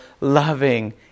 loving